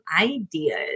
ideas